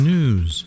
News